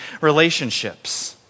relationships